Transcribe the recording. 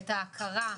ואת ההכרה,